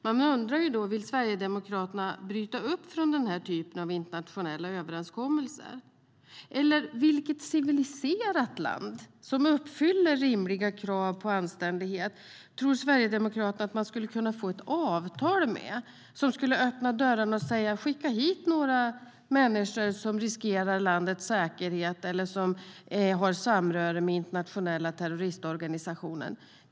Man kan undra om Sverigedemokraterna vill bryta upp från den här typen av internationella överenskommelser. Eller vilket civiliserat land som uppfyller rimliga krav på anständighet tror Sverigedemokraterna att man skulle kunna få ett avtal med? Det skulle alltså vara ett land som skulle öppna dörrarna och säga: Skicka hit några människor som riskerar landets säkerhet eller som har samröre med internationella terroristorganisationer!